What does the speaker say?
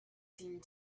seemed